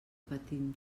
patim